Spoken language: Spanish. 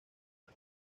mar